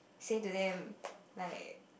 say to them like